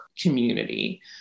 community